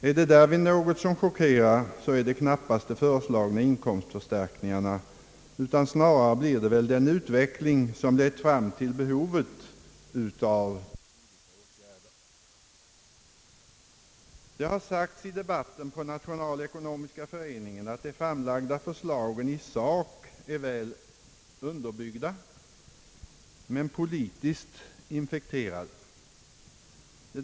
Är det därvid något som chockerar, är det knappast de föreslagna inkomstförstärkningarna, utan snarare blir det väl den utveckling som har lett fram till behovet av dylika åtgärder. Det har i debatten i Nationalekonomiska föreningen sagts att de framlagda förslagen i sak är väl underbyggda men politiskt infekterade.